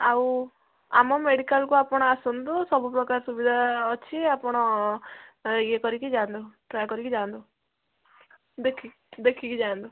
ଆଉ ଆମ ମେଡ଼ିକାଲକୁ ଆପଣ ଆସନ୍ତୁ ସବୁପ୍ରକାର ସୁବିଧା ଅଛି ଆପଣ ଇଏ କରିକି ଯାଆନ୍ତୁ ଟ୍ରାଏ କରିକି ଯାଆନ୍ତୁ ଦେଖି ଦେଖିକି ଯାଆନ୍ତୁ